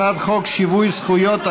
הצעת חוק שיווי זכויות,